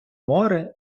море